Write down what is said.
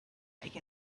make